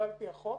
לא על פי החוק,